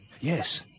Yes